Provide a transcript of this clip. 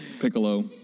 Piccolo